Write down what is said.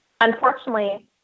unfortunately